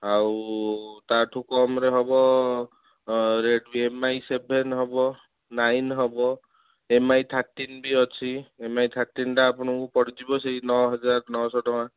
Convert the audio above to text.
ଆଉ ତାଠୁ କମ୍ରେ ହେବ ଏମ୍ ଆଇ ସେଭେନ ହେବ ନାଇନ୍ ହେବ ଏମ୍ ଆଇ ଥାର୍ଟିନ୍ ବି ଅଛି ଏମ୍ ଆଇ ଥାର୍ଟିନ୍ଟା ଆପଣଙ୍କୁ ପଡ଼ିଯିବ ସେଇ ନଅ ହଜାର ନଅ ଶହ ଟଙ୍କା